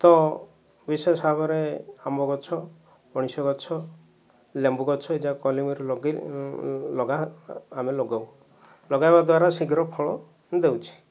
ତ ବିଶେଷ ଭାବରେ ଆମ୍ବ ଗଛ ପଣିସ ଗଛ ଲେମ୍ବୁ ଗଛ ଏଯାକ କଲମିରେ ଲଗାଇଲେ ଲଗା ଆମେ ଲଗାଉ ଲଗାଇବା ଦ୍ଵାରା ଶୀଘ୍ର ଫଳ ଦେଉଛି